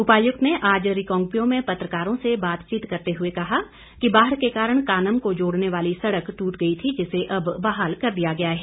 उपायुक्त ने आज रिकांगपिओ में पत्रकारों से बातचीत करते हुए कहा कि बाढ़ के कारण कानम को जोड़ने वाली सड़क ट्रट गई थी जिसे अब बहाल कर दिया गया है